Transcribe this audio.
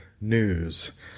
news